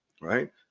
right